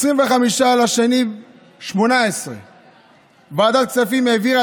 ב-25 בפברואר 2018 ועדת הכספים העבירה